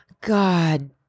God